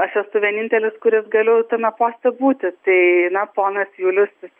aš esu vienintelis kuris galiu tame poste būti tai na ponas julius